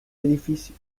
edificio